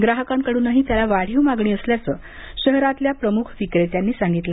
ग्राहकांकडूनही त्याला वाढीव मागणी असल्याचं शहरातील अनेक प्रमुख विक्रेत्यांनी सांगितलं